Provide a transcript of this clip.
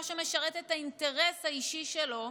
רק מה שמשרת את האינטרס האישי שלו,